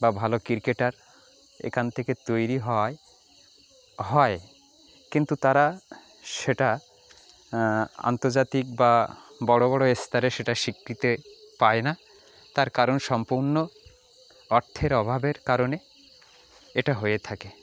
বা ভালো ক্রিকেটার এখান থেকে তৈরি হয় হয় কিন্তু তারা সেটা আন্তর্জাতিক বা বড়ো বড়ো স্তরে সেটা স্বীকৃতি পায় না তার কারণ সম্পূর্ণ অর্থের অভাবের কারণে এটা হয়ে থাকে